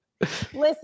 Listen